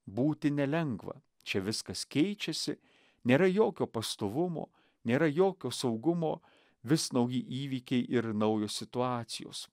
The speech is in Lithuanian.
būti nelengva čia viskas keičiasi nėra jokio pastovumo nėra jokio saugumo vis nauji įvykiai ir naujos situacijos